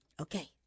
Okay